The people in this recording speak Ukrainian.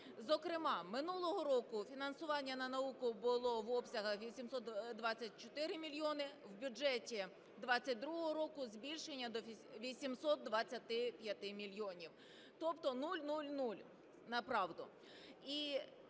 зокрема минулого року фінансування на науку було в обсягах 824 мільйони, в бюджеті 22-го року - збільшення до 825 мільйонів, тобто нуль, нуль, нуль направду.